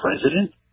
president